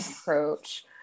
approach